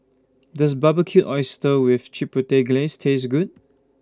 Does Barbecued Oysters with Chipotle Glaze Taste Good